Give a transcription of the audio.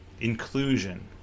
inclusion